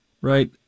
Right